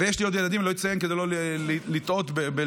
יש לי עוד ילדים, לא אציין כדי לא לטעות בלשוני,